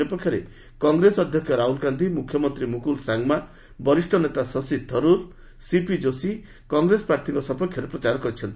ଅନ୍ୟ ପକ୍ଷରେ କଂଗ୍ରେସ ଅଧ୍ୟକ୍ଷ ରାହୁଲ ଗାନ୍ଧି ମୁଖ୍ୟମନ୍ତ୍ରୀ ମୁକୁଳ ସାଙ୍ଗମା ବରିଷ୍ଠ ନେତା ଶଶୀ ଥରୁର୍ ସିପି ଯୋଶୀ କଂଗ୍ରେସ ପ୍ରାର୍ଥୀଙ୍କ ସପକ୍ଷରେ ପ୍ରଚାର କରିଛନ୍ତି